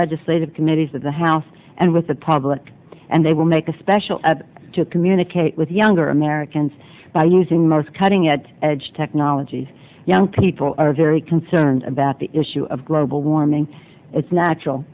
legislative committees of the house and with the public and they will make a special to communicate with younger americans by using more cutting at edge technologies young people are very concerned about the issue of global warming it's natural